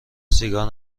سیگار